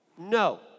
No